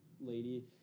lady